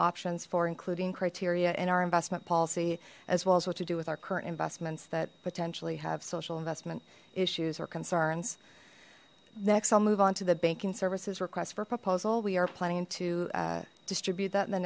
options for including criteria in our investment policy as well as what to do with our current investments that potentially have social investment issues or concerns next i'll move on to the banking services request for proposal we are planning to distribute that in the